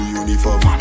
uniform